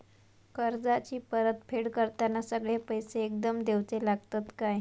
कर्जाची परत फेड करताना सगळे पैसे एकदम देवचे लागतत काय?